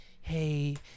hey